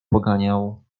poganiał